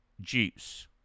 juice